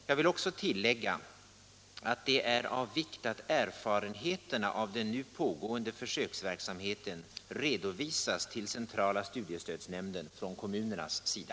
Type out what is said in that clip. Jag vill också tillägga att det är av vikt att erfarenheterna av den nu pågående försöksverksamheten redovisas till centrala studiestödsnämnden från kommunernas sida.